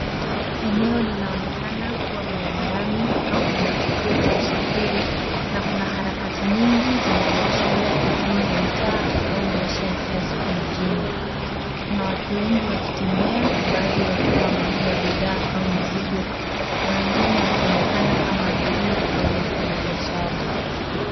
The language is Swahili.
Eneo linaonekana kuwa barabarani au kwenye kituo cha usafiri na kuna harakati nyingi zinazoashiria uchumi wa mtaa au maisha ya kila siku mjini. Kuna watu wengi wakitembea, baadhi wakiwa wamebeba bidhaa au mizigo na wengine wakionekana kama abiria au wafanyabiashara.